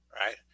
right